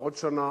עוד שנה